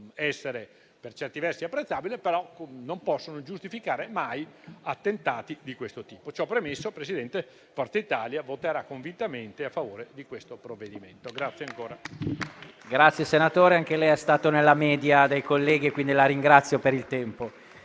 essere per certi versi apprezzabili, ma che non possono giustificare mai attentati di questo tipo. Ciò premesso, Presidente, Forza Italia voterà convintamente a favore di questo provvedimento.